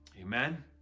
Amen